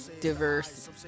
diverse